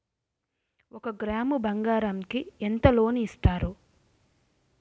ఒక గ్రాము బంగారం కి ఎంత లోన్ ఇస్తారు?